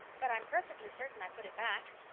but i'm perfectly certain i put it back.